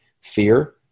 fear